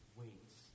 waits